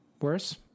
Worse